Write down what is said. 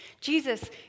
Jesus